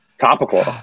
Topical